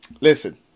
Listen